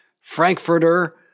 Frankfurter